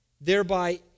thereby